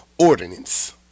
ordinance